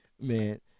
Man